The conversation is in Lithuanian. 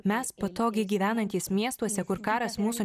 mes patogiai gyvenantys miestuose kur karas mūsų